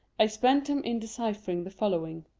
i spent them in deciphering the following